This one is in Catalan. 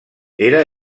era